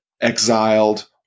exiled